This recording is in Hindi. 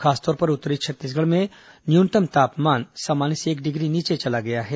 खासतौर पर उत्तरी छत्तीसगढ़ में न्यूनतम तापमान सामान्य से एक डिग्री नीचे चला गया है